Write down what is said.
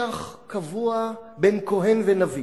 מתח קבוע בין כוהן ונביא.